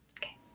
Okay